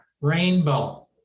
rainbow